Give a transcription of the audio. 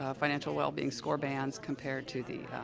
ah financial wellbeing score bands compared to the,